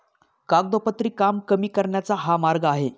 कागदोपत्री काम कमी करण्याचा हा मार्ग आहे